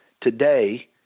today